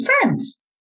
friends